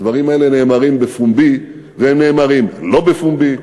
הדברים האלה נאמרים בפומבי, והם נאמרים לא בפומבי,